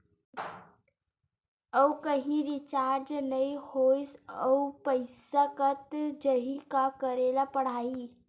आऊ कहीं रिचार्ज नई होइस आऊ पईसा कत जहीं का करेला पढाही?